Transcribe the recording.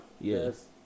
Yes